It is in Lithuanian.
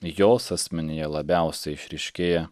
jos asmenyje labiausiai išryškėja